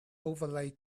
overlay